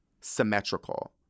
symmetrical